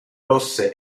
rosse